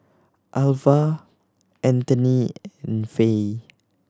Alvah Antony and Faye